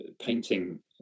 painting